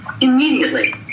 Immediately